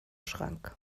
schrank